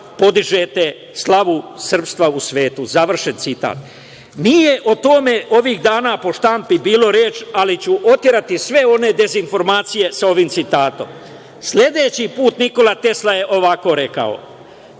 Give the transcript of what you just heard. podižete slavu srpstva u svetu“.Nije o tome ovih dana po štampi bilo reči, ali ću oterati sve one dezinformacije sa ovim citatom. Sledeći put Nikola Tesla je ovako rekao: